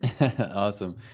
Awesome